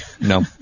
No